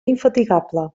infatigable